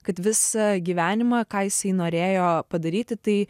kad visą gyvenimą ką jisai norėjo padaryti tai